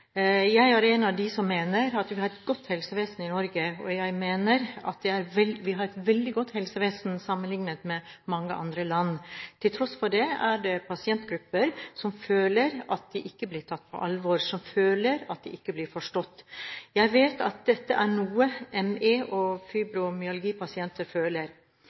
Jeg er en av dem som mener at vi har et godt helsevesen i Norge, og vi har et veldig godt helsevesen sammenlignet med mange andre land. Til tross for det er det pasientgrupper som føler at de ikke blir tatt på alvor, som føler at de ikke blir forstått. Jeg vet at dette er noe ME- og fibromyalgipasienter føler.